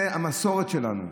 זאת המסורת שלנו,